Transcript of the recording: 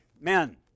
Men